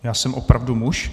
Já jsem opravdu muž.